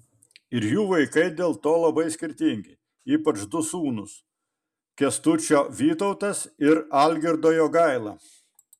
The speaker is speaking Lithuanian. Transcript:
ir jų vaikai dėl to labai skirtingi ypač du sūnūs kęstučio vytautas ir algirdo jogaila